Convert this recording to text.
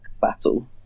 battle